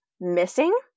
missing